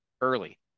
early